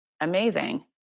amazing